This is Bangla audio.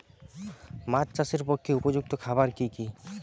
মাছ চাষের পক্ষে উপযুক্ত খাবার কি কি?